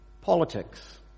politics